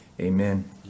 Amen